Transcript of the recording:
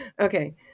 Okay